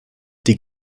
die